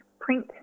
print